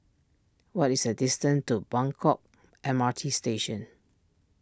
what is the distance to Buangkok M R T Station